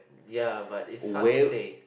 ya but is hard to say